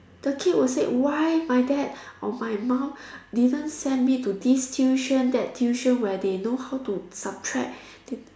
the kid will say why my dad or my mum didn't send me to this tuition that tuition where they know how to subtract they